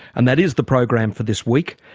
and that is the program for this week.